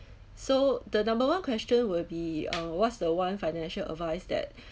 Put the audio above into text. so the number one question will be uh what's the one financial advice that